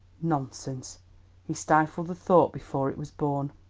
nonsense he stifled the thought before it was born.